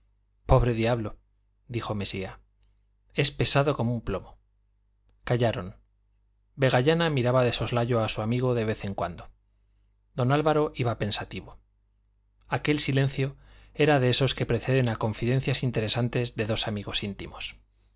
pobre diablo dijo mesía es pesado como un plomo callaron vegallana miraba de soslayo a su amigo de vez en cuando don álvaro iba pensativo aquel silencio era de esos que preceden a confidencias interesantes de dos amigos íntimos